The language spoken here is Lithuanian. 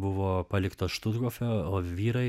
buvo paliktos štuthofe o vyrai